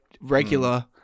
regular